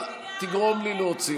מספיק.